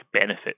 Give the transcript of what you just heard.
benefit